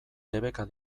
debeka